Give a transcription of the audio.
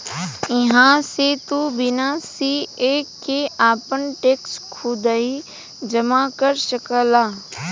इहां से तू बिना सीए के आपन टैक्स खुदही जमा कर सकला